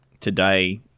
today